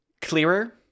clearer